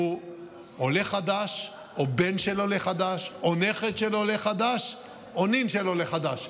הוא עולה חדש או בן של עולה חדש או נכד של עולה חדש או נין של עולה חדש.